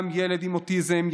גם ילד עם אוטיזם,